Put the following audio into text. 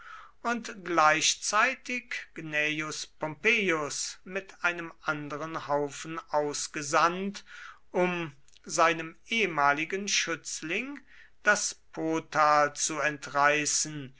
auch gleichzeitig gnaeus pompeius mit einem anderen haufen ausgesandt um seinem ehemaligen schützling das potal zu entreißen